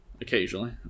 Occasionally